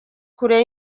kure